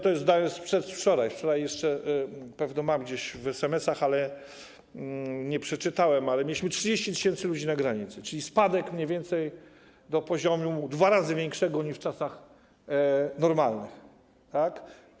To są dane z przedwczoraj, wczoraj jeszcze - pewnie mam gdzieś w SMS-ach, ale nie przeczytałem - mieliśmy 30 tys. ludzi na granicy, czyli spadek mniej więcej do poziomu dwa razy większego niż w normalnych czasach.